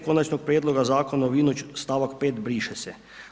Konačnog prijedloga Zakona u vinu, stavak 5. briše se.